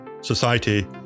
society